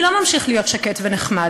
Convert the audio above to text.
אני לא ממשיך להיות שקט ונחמד.